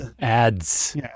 Ads